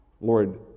Lord